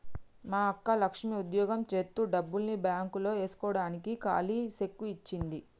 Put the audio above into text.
మా అక్క లక్ష్మి ఉద్యోగం జేత్తు డబ్బుల్ని బాంక్ లో ఏస్కోడానికి కాలీ సెక్కు ఇచ్చింది